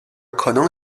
可能